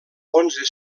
onze